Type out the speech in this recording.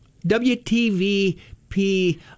WTVP